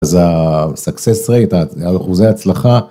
סקסס רייט האחוזי הצלחה.